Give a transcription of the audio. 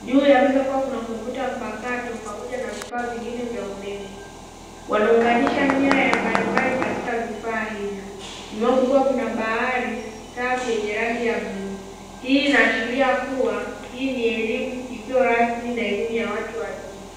juu ya meza kuwa kuna kompyuta mpakato pamoja na vifaa vingine vya umeme wanaunganisha nyaya mbalimbali katika vifaa hivyo nyuma yao kukiwa kuna bahari safi yenye rangi ya bluu, hii inaashiria kuwa hii ni elimu isiyo rasmi na elimu ya watu wazima.